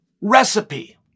recipe